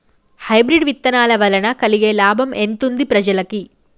Hybrid విత్తనాల వలన కలిగే లాభం ఎంతుంది ప్రజలకి?